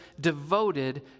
devoted